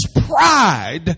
pride